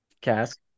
Cask